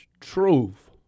truth